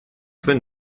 für